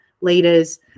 leaders